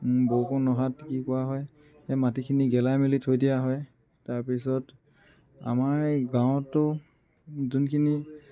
বৰষুণ নহাত কি কৰা হয় এই মাটিখিনি গেলাই মেলি থৈ দিয়া হয় তাৰপিছত আমাৰ এই গাঁৱতো যোনখিনি